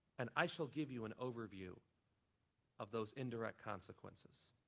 and i shall give you an overview of those indirect consequences.